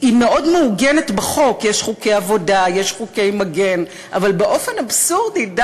מצטט, כמובן, את